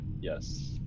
Yes